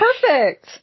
Perfect